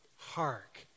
Hark